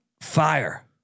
fire